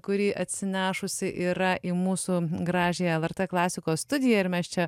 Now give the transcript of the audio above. kurį atsinešusi yra į mūsų gražiąją lrt klasikos studiją ir mes čia